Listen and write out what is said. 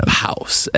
house